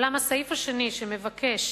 אולם הסעיף השני, שבו מבקשים